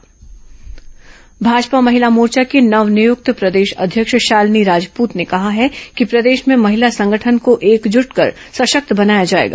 भाजपा महिला मोर्चा भाजपा महिला मोर्चा की नव नियुक्त प्रदेश अध्यक्ष शालिनी राजपूत ने कहा है कि प्रदेश में महिला संगठन को एकजुट कर सशक्त बनाया जाएगा